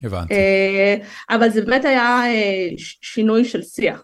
הבנתי. - אבל זה באמת היה שינוי של שיח.